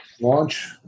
launch